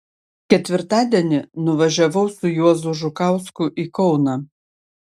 ketvirtadienį nuvažiavau su juozu žukausku į kauną